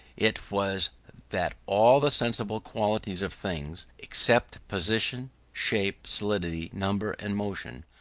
it was that all the sensible qualities of things, except position, shape, solidity, number and motion,